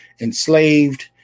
enslaved